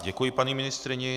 Děkuji paní ministryni.